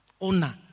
owner